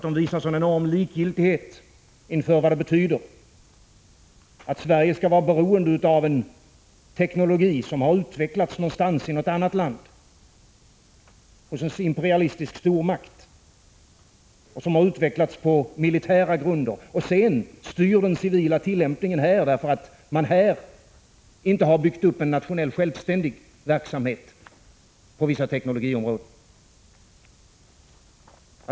De visar en enorm likgiltighet inför vad det betyder att Sverige skall vara beroende av en teknologi som har utvecklats i ett annat land, hos en imperialistisk stormakt, och som har utvecklats på militära grunder och sedan styr den civila tillämpningen här, därför att vi inte har byggt upp en nationell, självständig verksamhet på vissa teknologiområden.